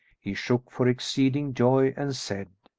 he shook for exceeding joy and said,